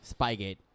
Spygate